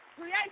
Create